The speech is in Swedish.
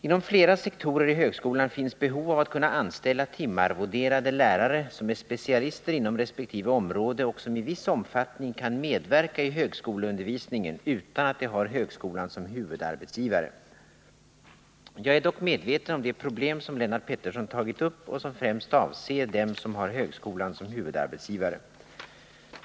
Inom flera sektorer i högskolan finns behov av att kunna anställa timarvoderade lärare, som är specialister inom resp. område och som i viss omfattning kan medverka i högskoleundervisningen utan att de har högskolan som huvudarbetsgivare. Jag är dock medveten om de problem som Lennart Pettersson tagit upp och som främst avser dem som har högskolan som huvudarbetsgivare.